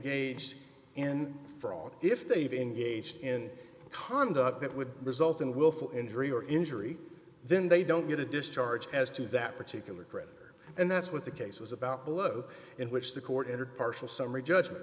aged in fraud if they've engaged in conduct that would result in willful injury or injury then they don't get a discharge as to that particular critter and that's what the case was about below in which the court entered partial summary judgment